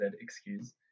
excuse